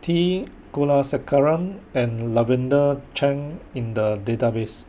T Kulasekaram and Lavender Chang in The Database